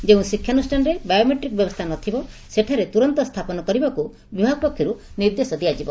ଯେଉଁ ଶିକ୍ଷାନୁଷ୍ଠାନରେ ବାୟୋମେଟିକ୍ ବ୍ୟବସ୍କା ନଥିବ ସେଠାରେ ତୁରନ୍ତ ସ୍ତାପନ କରିବାକୁ ବିଭାଗ ପକ୍ଷର୍ ନିର୍ଦ୍ଦେଶ ଦିଆଯିବ